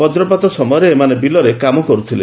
ବକ୍ରପାତ ସମୟରେ ଏମାନେ ବିଲରେ କାମ କରୁଥିଲେ